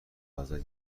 ازت